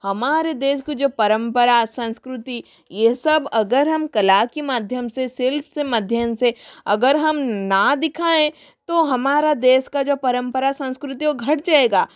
हमारे देश के जो परम्परा संस्कृति यह सब अगर हम कला के माध्यम से शिल्प से मध्यम से अगर हम न दिखाएँ तो हमारा देश का जो परम्परा संस्कृति वह घट जाएगा